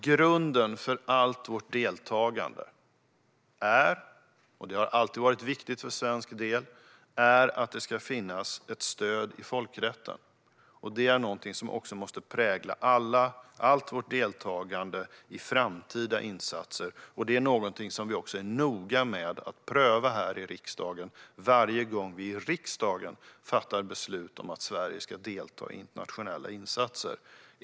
Grunden för allt vårt deltagande, och det har alltid varit viktigt för svensk del, är att det ska finnas ett stöd i folkrätten. Det är något som också måste prägla allt vårt deltagande i framtida insatser, och det är någonting som vi är noga med att pröva här i riksdagen varje gång vi fattar beslut i riksdagen om att Sverige ska delta i internationella insatser.